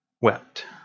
wept